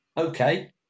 Okay